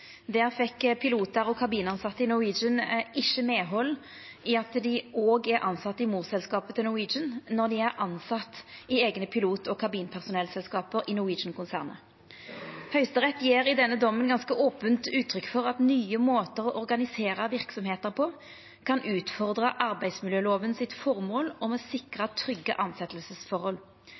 Der fekk pilotar og kabintilsette i Norwegian ikkje medhald i at dei òg er tilsette i morselskapet til Norwegian når dei er tilsette i eigne pilot- og kabinpersonellselskap i Norwegian-konsernet. Høgsterett gjev i denne dommen ganske ope uttrykk for at nye måtar å organisera verksemder på kan utfordra arbeidsmiljølova sitt føremål om å sikra trygge